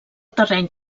terreny